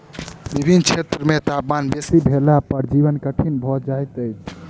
विभिन्न क्षेत्र मे तापमान बेसी भेला पर जीवन कठिन भ जाइत अछि